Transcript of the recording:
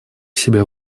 себя